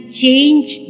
change